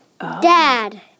Dad